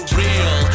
real